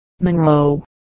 Monroe